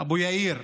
אבו יאיר,